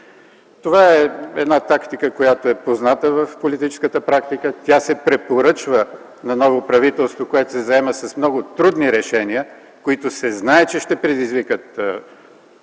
Това е тактика, която е позната в политическата практика (тя се препоръчва на ново правителство, което се заема с много трудни решения, за които се знае, че ще предизвикат